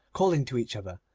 calling to each other,